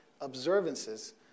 observances